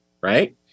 right